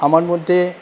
আমার মধ্যে